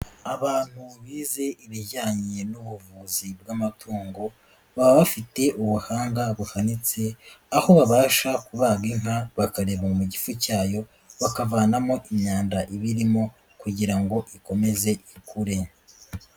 Abantu bize ibijyanye n'ubuvuzi bw'amatungo baba bafite ubuhanga buhanitse, aho babasha kubaga inka bakareba mu gifu cyayo bakavanamo imyanda ibirimo kugira ngo ikomeze ikure.